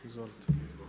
Izvolite.